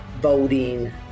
voting